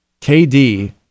kd